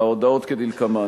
ההודעות כדלקמן,